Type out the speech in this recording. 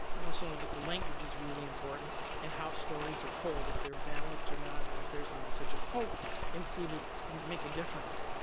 and also, the language is really important in how stories are told, if they're balanced or not, and if there's a message of hope included, make a difference.